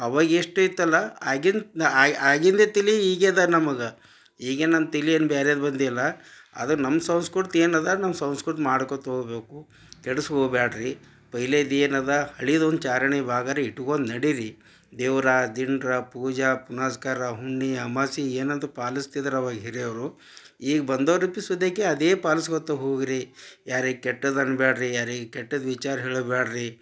ಅವಾಗ ಎಷ್ಟು ಇತ್ತಲ್ಲ ಆಗಿಂದ್ ಆಗಿಂದೇ ತಲಿ ಈಗೆದು ನಮಗೆ ಈಗ ನನ್ನ ತಲಿ ಏನೂ ಬ್ಯಾರೇದು ಬಂದಿಲ್ಲ ಅದು ನಮ್ಮ ಸಂಸ್ಕೃತಿ ಏನು ಅದ ನಮ್ಮ ಸಂಸ್ಕೃತಿ ಮಾಡ್ಕೊತಾ ಹೋಗ್ಬೇಕು ಕೆಡಸಿ ಹೋಬೇಡ್ರಿ ಪೈಲೇದು ಏನು ಅದ ಹಳೆದ್ ಒಂದು ಚಾರಾಣಿ ಭಾಗರೂ ಇಟ್ಕೊಂಡ್ ನಡೀರಿ ದೇವ್ರು ದಿಂಡ್ರು ಪೂಜೆ ಪುನಸ್ಕಾರ ಹುಣ್ಣಿ ಅಮಾಸೆ ಏನಂತ ಪಾಲಿಸ್ತಿದ್ರು ಅವಾಗ ಹಿರಿಯವರು ಈಗ ಬಂದೋರಪಿ ಸುದೇಕಿ ಅದೇ ಪಾಲಸ್ಕೊತಾ ಹೋಗಿರಿ ಯಾರಿಗೂ ಕೆಟ್ಟದು ಅನ್ಬೇಡ್ರಿ ಯಾರಿಗೆ ಕೆಟ್ಟದು ವಿಚಾರ ಹೇಳ್ಬೇಡ್ರಿ